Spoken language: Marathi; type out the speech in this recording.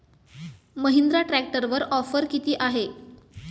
महिंद्रा ट्रॅक्टरवर ऑफर किती आहे?